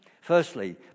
Firstly